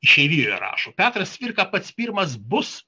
išeivijoje rašo petras cvirka pats pirmas bus